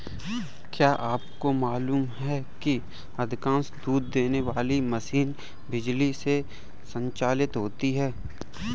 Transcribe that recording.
क्या आपको मालूम है कि अधिकांश दूध देने वाली मशीनें बिजली से संचालित होती हैं?